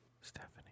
Stephanie